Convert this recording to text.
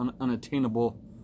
unattainable